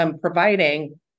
providing